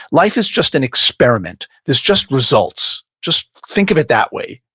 life is just an experiment. it's just results. just think of it that way,